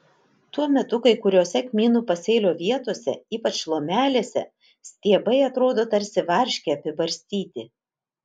tuo metu kai kuriose kmynų pasėlio vietose ypač lomelėse stiebai atrodo tarsi varške apibarstyti